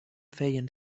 feien